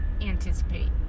anticipate